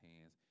hands